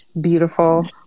beautiful